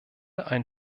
ein